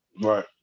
right